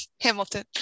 Hamilton